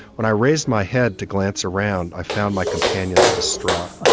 when i raised my head to glance around, i found my companions distraught.